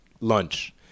lunch